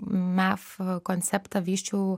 mef konceptą vysčiau